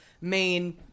main